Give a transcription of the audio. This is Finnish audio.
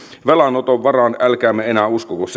velanoton varaan älkäämme enää uskoko